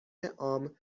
عام